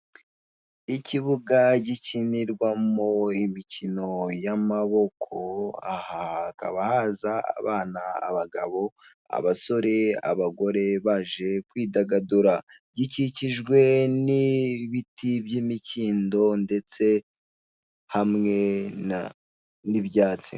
Ikibuga gikinirwamo imikino y'amaboko aha hakaba haza abana, abagabo, abasore, abagore baje kwidagadura. Gikikijwe n'ibiti by'imikindo ndetse hamwe n'ibyatsi.